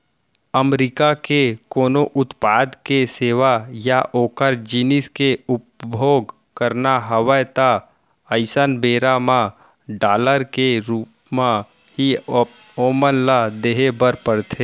अमरीका के कोनो उत्पाद के सेवा या ओखर जिनिस के उपभोग करना हवय ता अइसन बेरा म डॉलर के रुप म ही ओमन ल देहे बर परथे